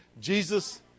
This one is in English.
Jesus